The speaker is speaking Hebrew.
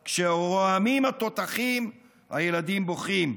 / כשרועמים התותחים הילדים בוכים.